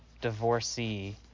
divorcee